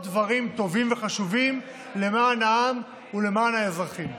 דברים טובים וחשובים למען העם ולמען האזרחים.